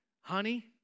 honey